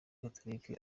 gatolika